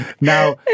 Now